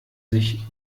sich